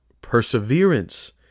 perseverance